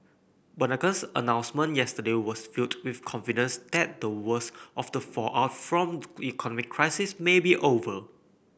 Bernanke's announcement yesterday was viewed with confidence that the worst of the fallout from the economic crisis may be over